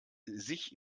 sich